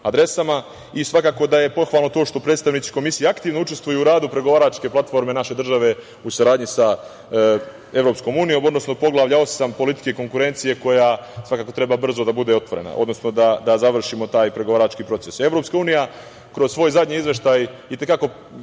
adresama i svakako da je pohvalno to što predstavnici Komisije aktivno učestvuju u radu pregovaračke platforme naše države u saradnji sa EU, odnosno Poglavlja osam – politike konkurencije, koja svakako brzo treba da bude otvorena, odnosno da završimo taj pregovarački proces. Evropska unija kroz svoj zadnji Izveštaj i te kako